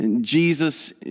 Jesus